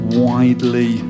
widely